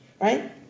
right